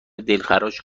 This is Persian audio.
دلخراش